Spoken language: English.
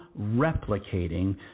replicating